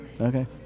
okay